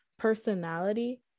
personality